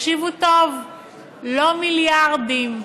תקשיבו טוב, לא מיליארדים.